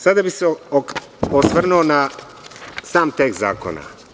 Sada bih se osvrnuo na sam tekst zakona.